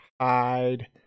Hide